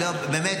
ממני.